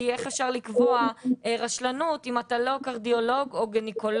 כי איך אפשר לקבוע רשלנות אם אתה לא קרדיולוג או גניקולוג,